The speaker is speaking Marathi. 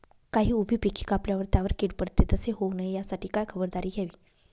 काही उभी पिके कापल्यावर त्यावर कीड पडते, तसे होऊ नये यासाठी काय खबरदारी घ्यावी?